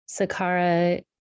sakara